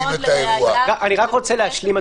אני רק רוצה להשלים,